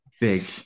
big